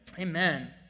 Amen